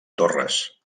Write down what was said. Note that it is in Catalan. torres